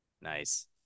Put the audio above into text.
Nice